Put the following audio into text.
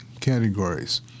categories